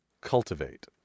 Cultivate